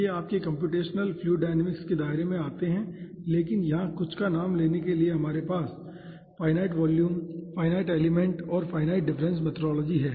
ये आपके computational fluid dynamics के दायरे में आते हैं लेकिन यहां कुछ का नाम लेने के लिए हमारे पास फाईनाईट वॉल्यूम फाईनाईट एलिमेंट और फाईनाईट डिफरेंस मेथोडोलॉजी है